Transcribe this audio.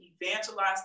evangelize